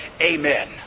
Amen